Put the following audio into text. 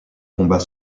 combat